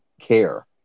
care